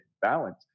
balance